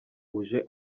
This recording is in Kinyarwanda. uje